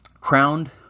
crowned